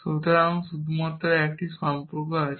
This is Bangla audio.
সুতরাং শুধুমাত্র 1টি সম্পর্ক আছে